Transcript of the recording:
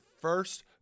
first